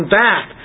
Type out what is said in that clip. back